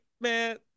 man